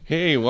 Hey